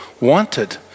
wanted